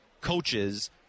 coaches